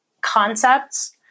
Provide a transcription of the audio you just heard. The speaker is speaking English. concepts